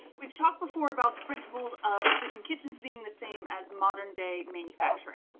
we've talked before about the principles of efficient kitchens being the same as modern-day manufacturing,